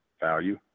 value